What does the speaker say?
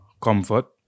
comfort